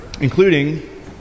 including